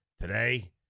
Today